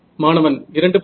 மாணவன் 2